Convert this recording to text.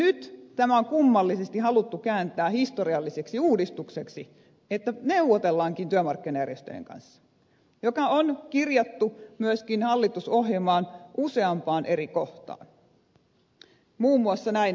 nyt tämä on kummallisesti haluttu kääntää historialliseksi uudistukseksi että neuvotellaankin työmarkkinajärjestöjen kanssa mikä on kirjattu myöskin hallitusohjelmaan useampaan eri kohtaan muun muassa näin